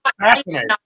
fascinating